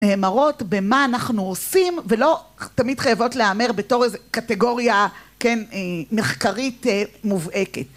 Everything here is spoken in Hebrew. הם מראות במה אנחנו עושים ולא תמיד חייבות לאמר בתור איזה קטגוריה כן, אה.. מחקרית אה.. מובהקת